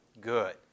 good